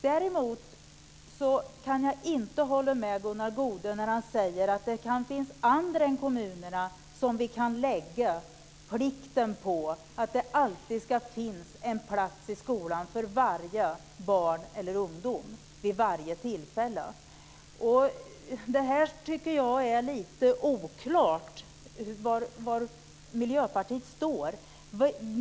Däremot kan jag inte hålla med Gunnar Goude när han säger att det kan finnas andra än kommunerna som vi kan lägga plikten på att det alltid ska finnas en plats i skolan för varje barn eller ung människa vid varje tillfälle. Här tycker jag att det är lite oklart var Miljöpartiet står.